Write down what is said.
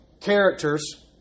characters